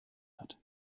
hat